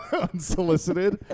unsolicited